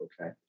okay